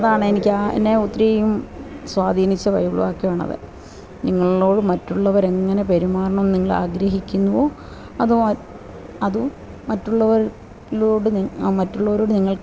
അതാണ് എനിക്ക് ആ എന്നെ ഒത്തിരിയും സ്വാധീനിച്ച ബൈബിൾ വാക്യം ആണത് നിങ്ങളോട് മറ്റുള്ളവർ എങ്ങനെ പെരുമാറണം നിങ്ങൾ ആഗ്രഹിക്കുന്നുവോ അതോ അതോ മറ്റുള്ളവരിലോട് നി മറ്റുള്ളവരോടു നിങ്ങൾ